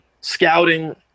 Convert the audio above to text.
scouting